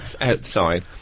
outside